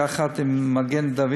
יחד עם מגן-דוד-אדום,